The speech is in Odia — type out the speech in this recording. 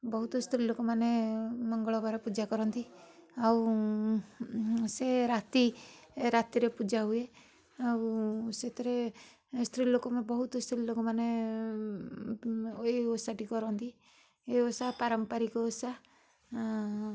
ବହୁତ ସ୍ତ୍ରୀ ଲୋକମାନେ ମଙ୍ଗଳବାର ପୂଜା କରନ୍ତି ଆଉ ସେ ରାତି ରାତିରେ ପୂଜା ହୁଏ ଆଉ ସେଥିରେ ସ୍ତ୍ରୀ ଲୋକମାନେ ବହୁତ ସ୍ତ୍ରୀ ଲୋକମାନେ ଏହି ଓଷାଟି କରନ୍ତି ଏହି ଓଷା ପାରମ୍ପରିକ ଓଷା